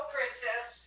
Princess